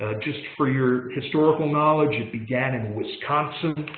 ah just for your historical knowledge, it began in wisconsin.